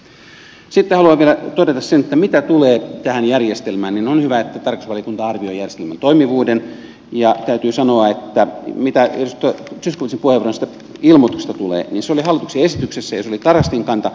sitten haluan vielä todeta sen että mitä tulee tähän järjestelmään niin on hyvä että tarkastusvaliokunta arvioi järjestelmän toimivuuden ja täytyy sanoa että mitä edustaja zyskowiczin puheenvuoroon ilmoituksista tulee niin se oli hallituksen esityksessä ja se oli tarastin kanta